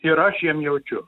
ir aš jiem jaučiu